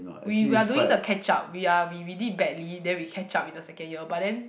we we're doing the catch up we're we we did badly then we catch up in the second year but then